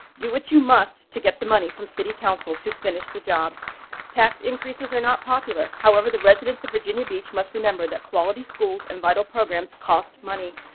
do what you must get the money from city council to finish the job tax increases are not popular. however, the residents of virginia beach must remember that quality schools and vital programs cost money.